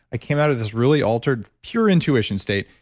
i came out of this really altered, pure intuition state,